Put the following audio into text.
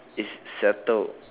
is settled